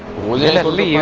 was a little bit